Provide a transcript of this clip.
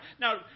Now